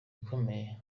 ikomeye